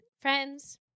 Friends